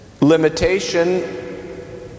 Limitation